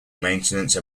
maintenance